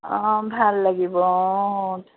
অঁ ভাল লাগিব অঁ